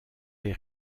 les